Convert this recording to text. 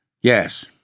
Yes